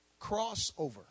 Crossover